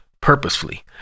purposefully